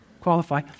qualify